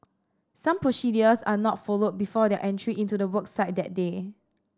some procedures are not followed before their entry into the work site that day